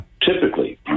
typically